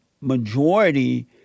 majority